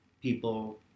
people